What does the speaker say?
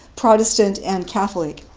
protestant and catholic.